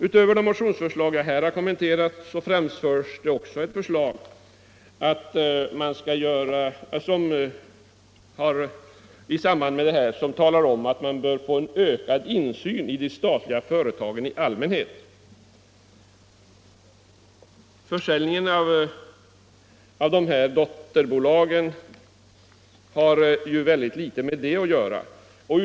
Utöver de motionsförslag jag här kommenterat framförs ett förslag om ökad insyn i de statliga företagen i allmänhet. Försäljningen av de här dotterbolagen har mycket litet med den frågan att göra.